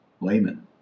layman